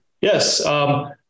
Yes